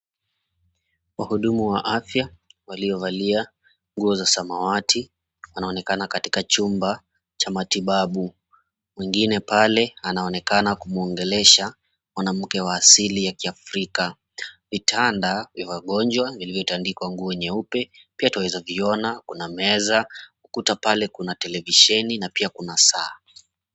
Wahudumu wa afya waliovalia nguo za samawati anaonekana katika chumba cha matibabu. Mwingine pale anaonekana kumwongelesha mwanamke wa asili ya kiafrika. Vitanda vya wagonjwa vilivyotandikwa nguo nyeupe pia twawezaviona. Kuna meza, ukuta pale kuna televisheni na pia kuna saa.